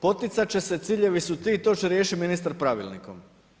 poticat će se, ciljevi su ti, to će riješit ministar pravilnikom.